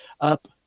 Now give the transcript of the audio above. up